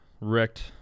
wrecked